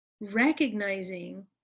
recognizing